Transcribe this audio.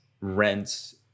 rents